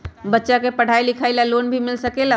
बच्चा के पढ़ाई लिखाई ला भी लोन मिल सकेला?